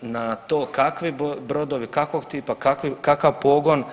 na to kakvi brodovi, kakvog tipa, kakav pogon.